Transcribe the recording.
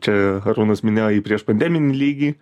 čia arūnas minėjo į priešpandeminį lygį